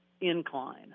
incline